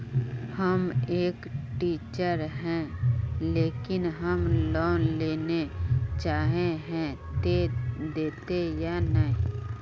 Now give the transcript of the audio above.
हम एक टीचर है लेकिन हम लोन लेले चाहे है ते देते या नय?